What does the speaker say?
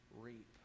reap